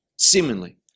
seemingly